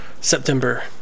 September